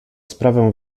sprawę